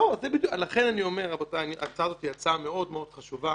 לכן ההצעה הזאת היא הצעה מאוד-מאוד חשובה.